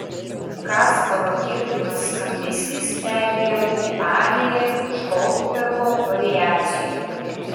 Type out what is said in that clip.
kasparo girdimas skambesys perėjo į ariją iš goldbergo variacijų